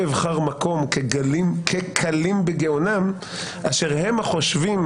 מקום כקלים בגאונם אשר הם החושבים